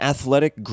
Athletic